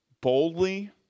boldly